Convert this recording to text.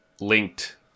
linked